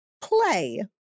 Play